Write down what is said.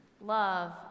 love